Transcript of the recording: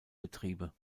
betriebe